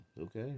okay